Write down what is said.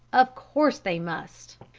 of course they must.